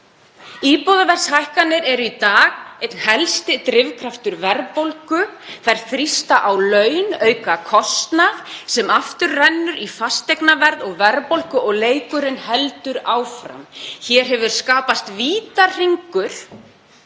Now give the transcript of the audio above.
Íbúðaverðshækkanir eru í dag einn helsti drifkraftur verðbólgu. Þær þrýsta á laun, auka kostnað sem aftur rennur í fasteignaverð og verðbólgu og leikurinn heldur áfram. Hér hefur skapast vítahringur